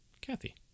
Kathy